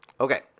Okay